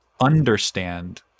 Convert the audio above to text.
understand